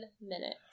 minute